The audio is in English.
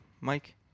Mike